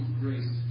grace